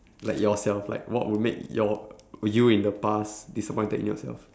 like yourself like what would make your you in the past disappointed in yourself